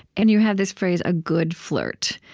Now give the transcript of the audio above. and you have this phrase, a good flirt.